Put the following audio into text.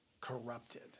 corrupted